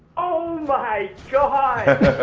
oh my ah